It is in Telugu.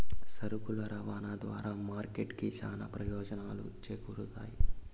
సరుకుల రవాణా ద్వారా మార్కెట్ కి చానా ప్రయోజనాలు చేకూరుతాయి